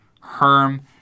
Herm